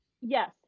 Yes